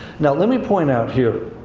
now, let me point out, here,